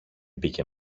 μπήκε